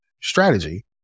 strategy